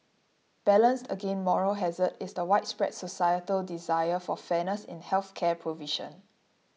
balanced against moral hazard is the widespread societal desire for fairness in health care provision